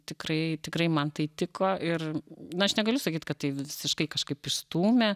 tikrai tikrai man tai tiko ir na aš negaliu sakyt kad tai visiškai kažkaip išstūmė